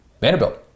Vanderbilt